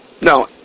No